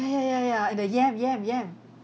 ya ya ya ya the yam yam yam